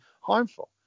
harmful